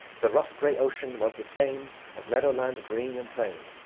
the rough grey ocean was the same as meadow-land green and plain.